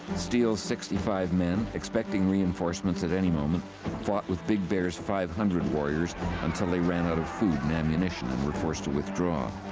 steele's sixty five men expecting reinforcements at any moment fought with big bear's five hundred warriors until they ran out of food and ammunition and were forced to withdraw.